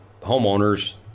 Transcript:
homeowners